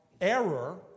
error